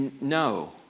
No